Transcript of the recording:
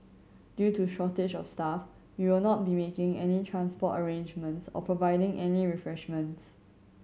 due to shortage of staff we will not be making any transport arrangements or providing any refreshments